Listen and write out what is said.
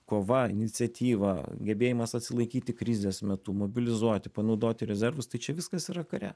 kova iniciatyva gebėjimas atsilaikyti krizės metu mobilizuoti panaudoti rezervus tai čia viskas yra kare